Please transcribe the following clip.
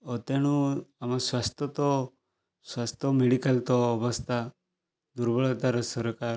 ଓ ତେଣୁ ଆମ ସ୍ୱାସ୍ଥ୍ୟ ତ ସ୍ୱାସ୍ଥ୍ୟ ମେଡ଼ିକାଲ୍ ତ ଅବସ୍ଥା ଦୁର୍ବଳତାର ସରକାର